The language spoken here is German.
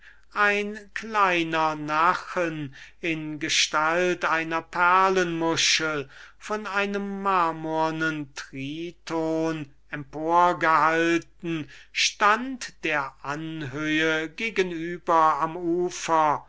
ein kleiner nachen in gestalt einer perlenmuschel der von einem marmornen triton emporgehalten wurde stund der anhöhe gegen über am ufer